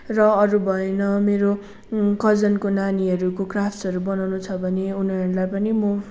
र अरू भएन मेरो कजनको नानीहरू क्राफ्टसहरू बनाउनु छ भने उनीहरूलाई पनि म